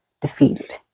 defeated